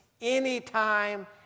anytime